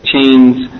chains